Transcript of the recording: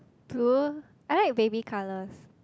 tour I like baby colours